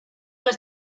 les